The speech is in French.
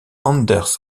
anders